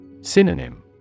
Synonym